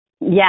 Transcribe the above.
Yes